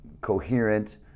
coherent